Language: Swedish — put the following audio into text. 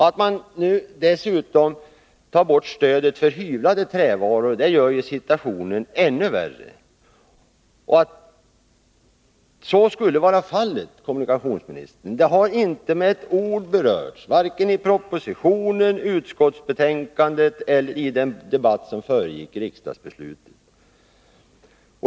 Att man nu dessutom tar bort stödet för hyvlade trävaror gör situationen ännu värre. Kommunikationsministern säger i svaret att hyvling av sågade trävaror inte kan anses vara någon längre driven form av förädling. Att så skulle vara fallet har inte med ett ord berörts vare sig i propositionen, i utskottsbetänkandet eller i den debatt som föregick riksdagsbeslutet.